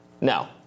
No